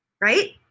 Right